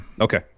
Okay